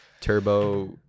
turbo